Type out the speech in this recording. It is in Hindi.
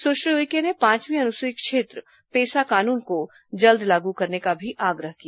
सुश्री उइके ने पांचवीं अनुसूची क्षेत्र पेसा कानून को जल्द लागू करने का भी आग्रह किया